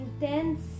intense